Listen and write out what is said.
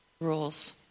rules